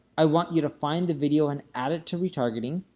i want you to find the video and add it to retargeting,